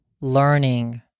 learning